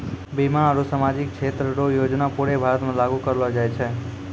बीमा आरू सामाजिक क्षेत्र रो योजना पूरे भारत मे लागू करलो जाय छै